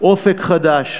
"אופק חדש",